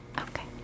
Okay